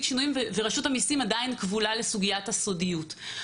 שינויים ורשות המיסים עדיין כבולה לסוגיית הסודיות.